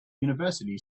university